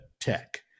Tech